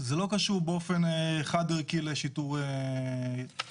זה לא קשור באופן חד ערכי לשיטור משולב.